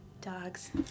Dogs